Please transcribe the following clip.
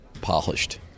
polished